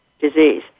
disease